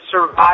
survive